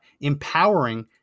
empowering